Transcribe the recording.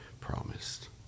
promised